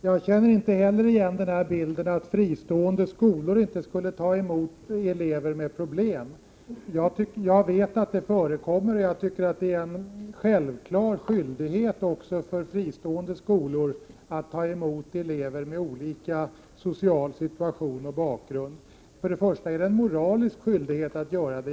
Herr talman! Inte heller jag känner igen beskrivningen att fristående skolor inte skulle ta emot elever med problem. Det förekommer och jag tycker att det är en självklar skyldighet också för fristående skolor att ta emot elever med olika social situation och bakgrund. Först och främst är det en moralisk skyldighet.